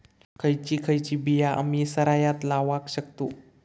खयची खयची बिया आम्ही सरायत लावक शकतु?